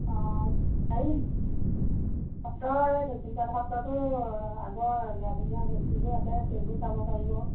অঁ পাৰি সত্ৰ এই দক্ষিণপাট সত্ৰতো আগৰ ৰজাদিনীয়া বস্তু যে আছে সেইবোৰ চাব পাৰিব